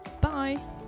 bye